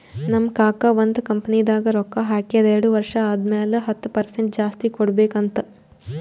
ನಮ್ ಕಾಕಾ ಒಂದ್ ಕಂಪನಿದಾಗ್ ರೊಕ್ಕಾ ಹಾಕ್ಯಾರ್ ಎರಡು ವರ್ಷ ಆದಮ್ಯಾಲ ಹತ್ತ್ ಪರ್ಸೆಂಟ್ ಜಾಸ್ತಿ ಕೊಡ್ಬೇಕ್ ಅಂತ್